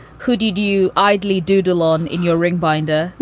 who did you idly do dillon in your ring binder?